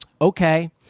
okay